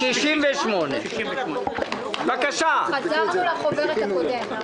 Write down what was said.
68. חזרנו לחוברת הקודמת.